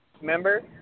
Remember